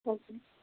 okay